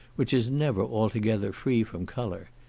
which is never altogether free from colour.